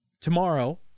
tomorrow